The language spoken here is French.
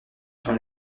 dans